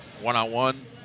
one-on-one